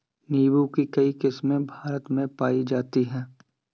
नीम्बू की कई किस्मे भारत में पाई जाती है